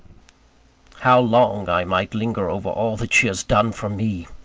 how long i might linger over all that she has done for me!